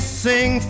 sing